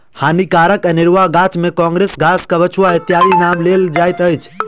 हानिकारक अनेरुआ गाछ मे काँग्रेस घास, कबछुआ इत्यादिक नाम लेल जाइत अछि